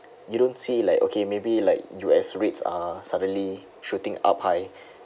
you don't say like okay maybe like U_S rates are suddenly shooting up high